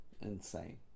Insane